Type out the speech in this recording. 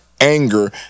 anger